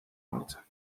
marcha